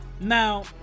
Now